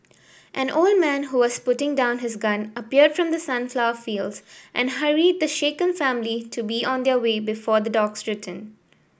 an old man who was putting down his gun appeared from the sunflower fields and hurried the shaken family to be on their way before the dogs return